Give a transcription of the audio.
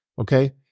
okay